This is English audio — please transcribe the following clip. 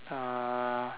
uh